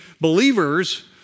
believers